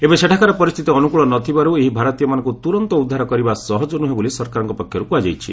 ଏବେ ସେଠାକାର ପରିସ୍ଥିତି ଅନୁକ୍ଳ ନଥିବାରୁ ଏହି ଭାରତୀୟମାନଙ୍କୁ ତୁରନ୍ତ ଉଦ୍ଧାର କରିବା ସହଜ ନୁହେଁ ବୋଲି ସରକାରଙ୍କ ପକ୍ଷରୁ କୁହାଯାଇଛି